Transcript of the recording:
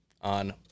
on